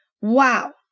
Wow